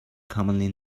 commonly